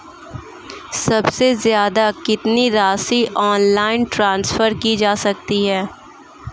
सबसे ज़्यादा कितनी राशि ऑनलाइन ट्रांसफर की जा सकती है?